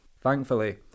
Thankfully